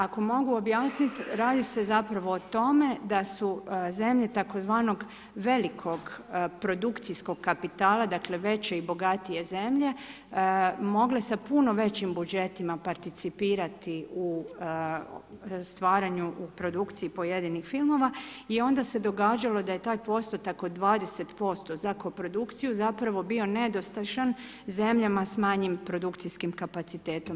Ako mogu objasnit, radi se zapravo o tome da su zemlje tzv. velikog produkcijskog kapitala, dakle veće i bogatije zemlje mogle sa puno većim budžetima participirati u stvaranju, u produkciji pojedinih filmova i onda se događalo da je taj postotak od 20% za koprodukciju zapravo bio nedostižan zemljama s manjim produkcijskim kapacitetom.